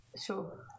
sure